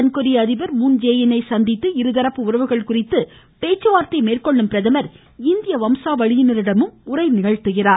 தென்கொரிய அதிபர் Moon Jae In யை சந்தித்து இருதரப்பு உறவுகள் குறித்து பேச்சுவார்த்தை மேற்கொள்ளும் பிரதமா் இந்திய வம்சாவளியினரிடமும் உரை நிகழ்த்துகிறார்